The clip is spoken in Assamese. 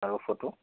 আৰু ফটো